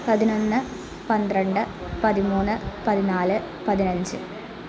പതിനൊന്ന് പന്ത്രണ്ട് പതിമൂന്ന് പതിനാല് പതിനഞ്ച്